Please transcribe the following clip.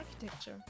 architecture